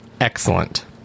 excellent